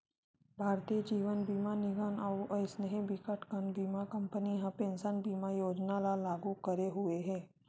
भारतीय जीवन बीमा निगन अउ अइसने बिकटकन बीमा कंपनी ह पेंसन बीमा योजना ल लागू करे हुए हे